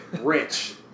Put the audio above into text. rich